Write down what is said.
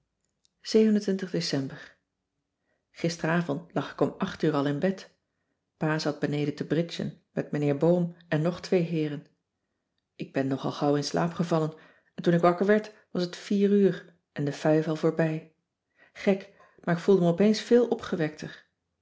december gisteravond lag ik om acht uur al in bed pa zat beneden te bridgen met mijnheer boom en nog twee heeren ik ben nogal gauw in slaap gevallen en toen ik wakker werd was het vier uur en de fuif al voorbij gek maar ik voelde me opeens veel opgewekter